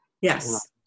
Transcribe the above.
Yes